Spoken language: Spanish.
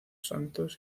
santos